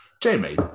Jamie